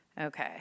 Okay